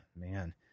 man